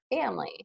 family